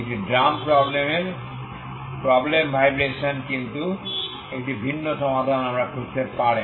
একটি ড্রাম প্রবলেমের problem vibration কিন্তু একটি ভিন্ন সমাধান আমরা খুঁজতে পারেন